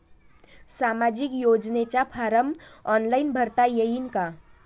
सामाजिक योजनेचा form online भरता येईन का?